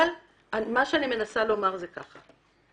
מה שאני מנסה לומר זה ככה: